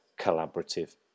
collaborative